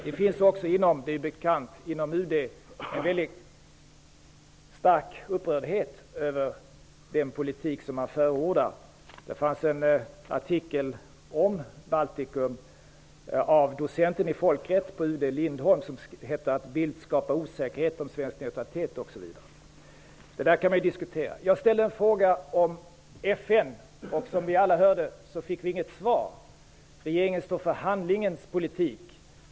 Det är bekant att det finns en stor upprördhet inom UD över den politik som förordas. En artikel om Baltikum har skrivits av Lindholm, docent i folkrätt på UD, som handlar om att Bildt skapar osäkerhet om svensk neutralitet. Det kan diskuteras. Jag ställde en fråga om FN. Som vi alla hörde fick vi inget svar. Regeringen står för handlingens politik.